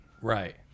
Right